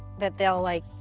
that they'll like,